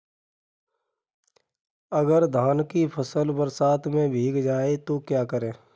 अगर धान की फसल बरसात में भीग जाए तो क्या करें?